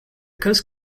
coast